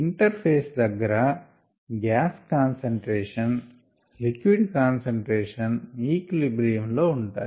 inter ఫెస్ దగ్గర gas concentration liquid concentration equilibrium లో ఉంటాయి